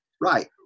Right